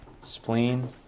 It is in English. Spleen